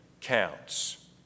counts